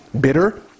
bitter